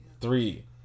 Three